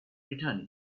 returning